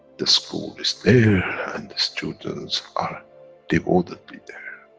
the school is there, and the students are devotedly there.